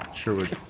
sherwood?